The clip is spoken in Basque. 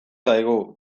zaigu